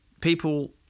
People